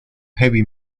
heavy